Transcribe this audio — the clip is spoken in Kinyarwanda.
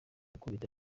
gukubita